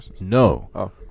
No